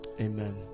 Amen